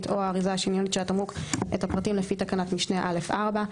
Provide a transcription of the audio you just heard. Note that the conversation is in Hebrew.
או האריזה השניונית של התמרוק את הפרטים לפי תקנת משנה (א)(4),